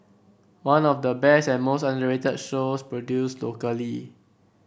one of the best and most underrated shows produced locally